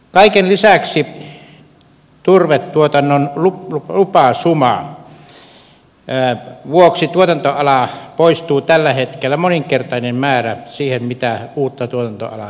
kaiken lisäksi turvetuotannon lupasuman vuoksi tuotantoalaa poistuu tällä hetkellä moninkertainen määrä siihen mitä uutta tuotantoalaa saadaan tilalle